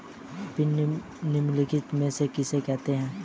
Pin निम्नलिखित में से किसके लिए है?